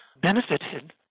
benefited